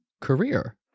career